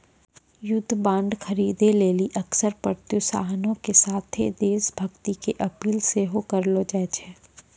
युद्ध बांड खरीदे लेली अक्सर प्रोत्साहनो के साथे देश भक्ति के अपील सेहो करलो जाय छै